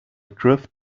drift